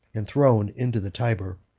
and thrown into the tiber.